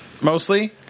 Mostly